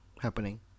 happening